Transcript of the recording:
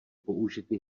použity